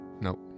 Nope